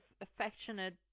affectionate